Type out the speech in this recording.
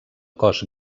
cos